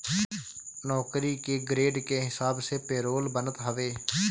नौकरी के ग्रेड के हिसाब से पेरोल बनत हवे